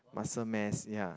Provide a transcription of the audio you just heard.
muscle mass ya